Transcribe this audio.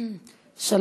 בבקשה.